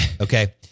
Okay